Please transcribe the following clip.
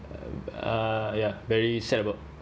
uh ya very sad about